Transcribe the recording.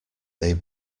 they